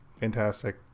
Fantastic